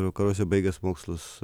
vakaruose baigęs mokslus